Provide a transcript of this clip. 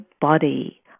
body